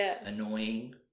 annoying